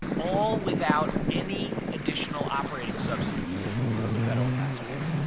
all without and any additional operating subsidies from the federal taxpayer.